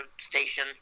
station